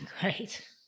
Great